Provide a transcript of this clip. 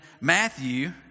Matthew